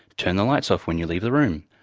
turn the lights off when you leave the room.